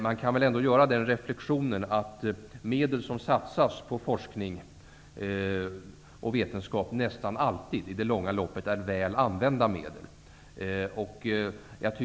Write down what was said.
Men man kan ändå göra den reflexionen att de medel som satsas på forskning och vetenskap nästan alltid i det långa loppet är väl använda medel.